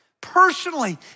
personally